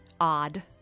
odd